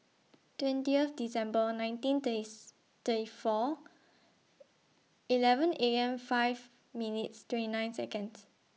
twentieth December nineteen Days thirty four eleven A M five minutes twenty nine Seconds